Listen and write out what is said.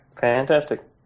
Fantastic